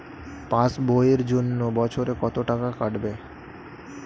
Pass বইয়ের জন্য বছরে কত টাকা কাটবে?